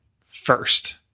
first